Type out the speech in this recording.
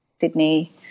Sydney